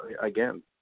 again